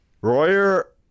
Royer